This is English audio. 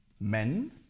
men